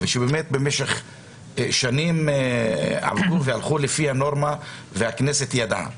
ושבאמת במשך שנים הלכו לפי הנורמה והכנסת ידעה.